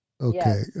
Okay